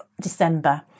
December